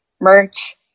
merch